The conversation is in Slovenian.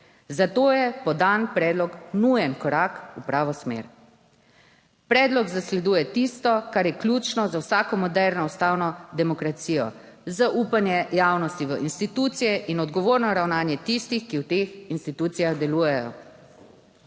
Zato je podan predlog nujen korak v pravo smer. Predlog zasleduje tisto, kar je ključno za vsako moderno ustavno demokracijo: zaupanje javnosti v institucije in odgovorno ravnanje tistih, ki v teh institucijah delujejo.